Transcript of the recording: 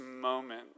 moment